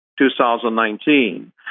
2019